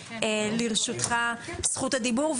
לרשותך זכות הדיבור.